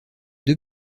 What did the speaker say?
deux